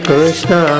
Krishna